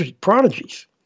prodigies